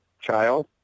child